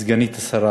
סגנית השר,